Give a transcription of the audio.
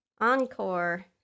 Encore